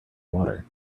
water